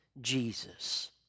Jesus